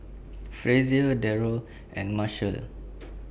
Frazier Darold and Marshall